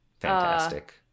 Fantastic